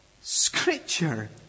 Scripture